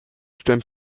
stuein